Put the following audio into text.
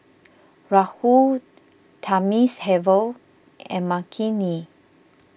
Rahul Thamizhavel and Makineni